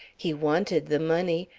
he wanted the money,